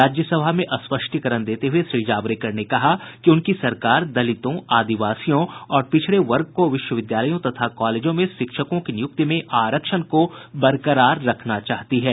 राज्यसभा में स्पष्टीकरण देते हुए श्री जावड़ेकर ने कहा कि उनकी सरकार दलितों आदिवासियों और पिछड़े वर्ग को विश्वविद्यालयों तथा कालेजों में शिक्षकों की नियुक्ति में आरक्षण को बरकरार रखना चाहती है